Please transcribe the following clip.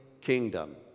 kingdom